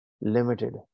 limited